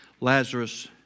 Lazarus